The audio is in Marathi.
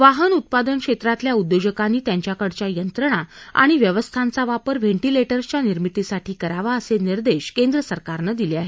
वाहन उत्पादन क्षेत्रातल्या उद्योजकांनी त्यांच्याकडच्या यंत्रणा आणि व्यवस्थांचा वापर व्हॅटिलेटर्सच्या निर्मितीसाठी करावा असे निर्देश केंद्र सरकारनं दिले आहेत